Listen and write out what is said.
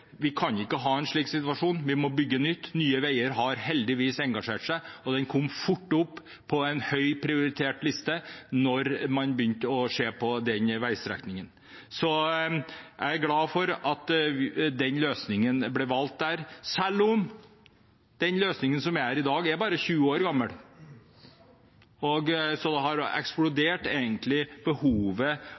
Vi kan ikke ha en slik situasjon, vi må bygge nytt. Nye Veier har heldigvis engasjert seg, og den kom fort opp på en høyt prioritert liste da man begynte å se på den veistrekningen. Jeg er glad for at den løsningen ble valgt der, selv om den løsningen som er der i dag, er bare 20 år gammel. Behovet for en ny veiløsning i det området har altså eksplodert.